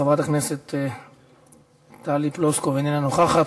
חברת הכנסת טלי פלוסקוב, איננה נוכחת.